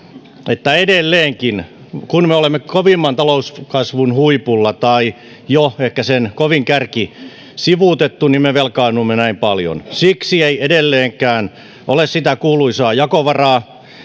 että edelleenkin kun me olemme kovimman talouskasvun huipulla tai jo ehkä sen kovin kärki on sivuutettu me velkaannumme näin paljon siksi ei edelleenkään ole sitä kuuluisaa jakovaraa